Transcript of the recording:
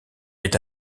est